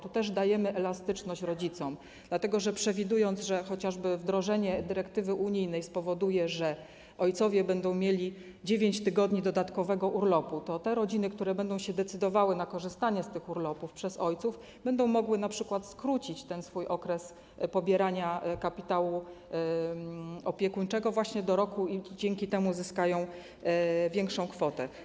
Tu też dajemy elastyczność rodzicom, dlatego że przewidujemy, że chociażby wdrożenie dyrektywy unijnej spowoduje, że ojcowie będą mieli 9 tygodni dodatkowego urlopu, i te rodziny, które będą się decydowały na korzystanie z tych urlopów przez ojców, będą mogły na przykład skrócić swój okres pobierania kapitału opiekuńczego właśnie do roku i dzięki temu zyskają większą kwotę.